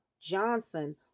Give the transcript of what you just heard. johnson